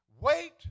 Wait